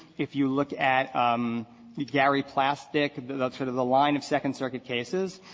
if you look at um gary plastic, that sort of the line of second circuit cases,